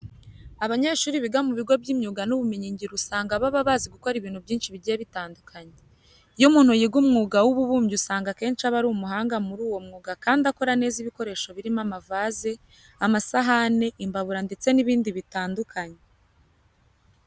Abanyeshuri biga mu bigo by'imyuga n'ubumenyingiro usanga baba bazi gukora ibintu byinshi bigiye bitandukanye. Iyo umuntu yiga umwuga w'ububumbyi usanga akenshi aba ari umuhanga muri uwo mwuga kandi akora neza ibikoresho birimo amavaze, amasahane, imbabura ndetse n'ibindi bitandukanye.